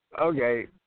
Okay